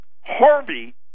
Harvey